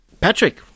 Patrick